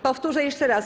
Powtórzę jeszcze raz.